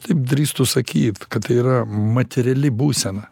taip drįstu sakyt kad tai yra materiali būsena